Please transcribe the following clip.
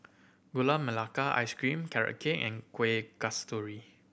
Gula Melaka Ice Cream Carrot Cake and Kueh Kasturi